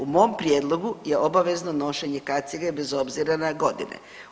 U mom prijedlogu je obavezno nošenje kacige bez obzira na godine.